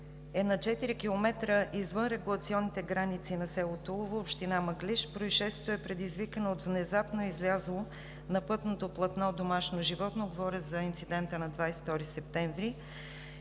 километра извън регулационните граници на село Тулово, община Мъглиж, а произшествието е предизвикано от внезапно излязло на пътното платно домашно животно – говоря за инцидента на 22 септември.